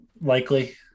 Likely